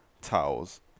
towels